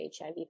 HIV